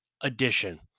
edition